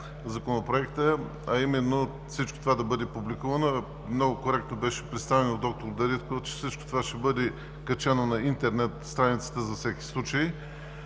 Законопроекта в Комисията, а именно всичко това да бъде публикувано. Много коректно беше представено и от д-р Дариткова, че всичко това ще бъде качено на интернет страницата за всеки случай.